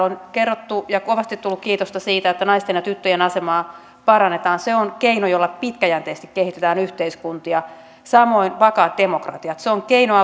on kerrottu ja kovasti tullut kiitosta siitä että naisten ja tyttöjen asemaa parannetaan se on keino jolla pitkäjänteisesti kehitetään yhteiskuntia samoin vakaat demokratiat ovat keino